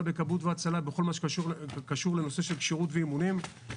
בכבאות והצלה בכל מה שקשור לכשירות ואימונים.